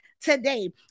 today